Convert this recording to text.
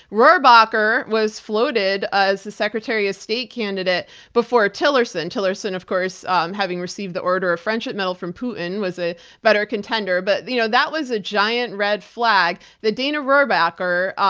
rohrabacher was floated as secretary of state candidate before tillerson. tillerson of course um having received the order of friendship medal from putin was a better contender, but you know that was a giant red flag that dana rohrabacher,